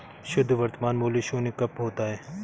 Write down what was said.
शुद्ध वर्तमान मूल्य शून्य कब होता है?